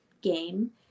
game